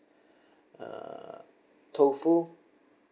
uh tofu